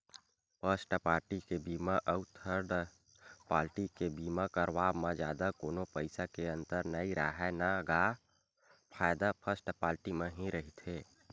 first party के बीमा अउ थर्ड पाल्टी के बीमा करवाब म जादा कोनो पइसा के अंतर नइ राहय न गा फायदा फस्ट पाल्टी म ही रहिथे